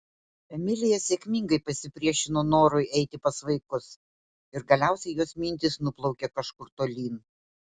emilija sėkmingai pasipriešino norui eiti pas vaikus ir galiausiai jos mintys nuplaukė kažkur tolyn